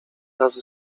razy